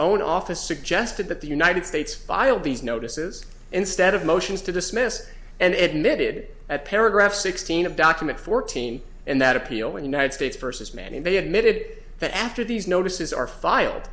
own office suggested that the united states filed these notices instead of motions to dismiss and admittedly at paragraph sixteen of document fourteen and that appeal when united states versus man and they admitted that after these notices are filed